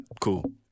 Cool